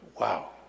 Wow